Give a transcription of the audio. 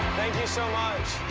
thank you so much.